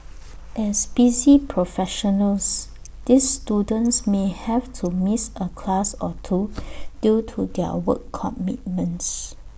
as busy professionals these students may have to miss A class or two due to their work commitments